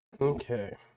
Okay